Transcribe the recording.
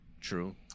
True